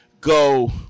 go